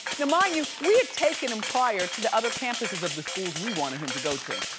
yeah mind you, we had taken him prior to the other campuses of the schools we wanted him to go to.